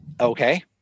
okay